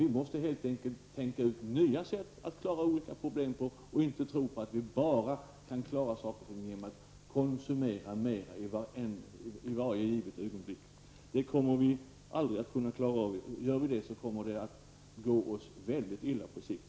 Vi måste helt enkelt tänka ut nya sätt att klara olika problem på och inte tro att vi kan klara saker och ting genom att bara konsumera mer i varje givet ögonblick. Det kommer vi aldrig att klara av. Gör vi så kommer det att gå oss mycket illa på sikt.